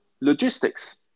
logistics